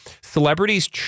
celebrities